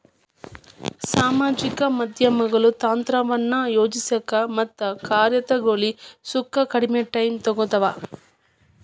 ಸಾಮಾಜಿಕ ಮಾಧ್ಯಮಗಳು ತಂತ್ರವನ್ನ ಯೋಜಿಸೋಕ ಮತ್ತ ಕಾರ್ಯಗತಗೊಳಿಸೋಕ ಕಡ್ಮಿ ಟೈಮ್ ತೊಗೊತಾವ